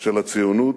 של הציונות,